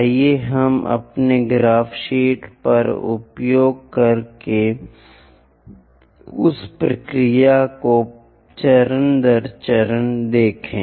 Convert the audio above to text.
आइए हम अपनी ग्राफ शीट का उपयोग करके उस प्रक्रिया को चरण दर चरण देखें